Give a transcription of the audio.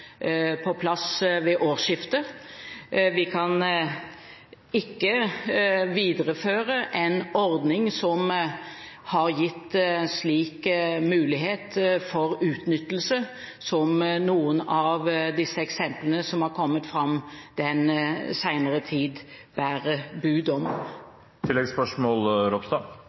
på plass ved årsskiftet. Vi kan ikke videreføre en ordning som har gitt slik mulighet for utnyttelse som noen av disse eksemplene som har kommet fram den senere tid, bærer bud om. Kjell Ingolf Ropstad